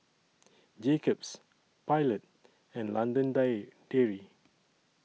Jacob's Pilot and London Dairy